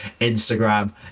Instagram